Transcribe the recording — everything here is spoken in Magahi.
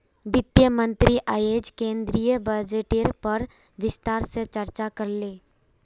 वित्त मंत्री अयेज केंद्रीय बजटेर पर विस्तार से चर्चा करले